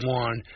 one